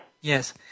Yes